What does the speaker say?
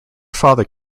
father